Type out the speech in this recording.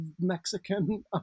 Mexican